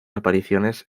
apariciones